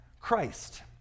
Christ